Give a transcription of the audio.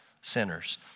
sinners